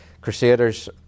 Crusaders